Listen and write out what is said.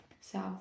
south